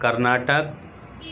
Karnataka